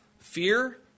Fear